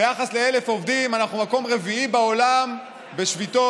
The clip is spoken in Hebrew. ביחס ל-1,000 עובדים אנחנו במקום רביעי בעולם בשביתות,